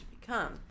become